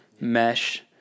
mesh